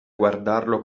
guardarlo